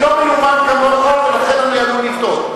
אני לא מיומן כמוך, ולכן אני עלול לטעות.